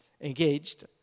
engaged